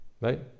Right